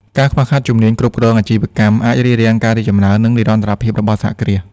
ការខ្វះខាតជំនាញគ្រប់គ្រងអាជីវកម្មអាចរារាំងការរីកចម្រើន និងនិរន្តរភាពរបស់សហគ្រាស។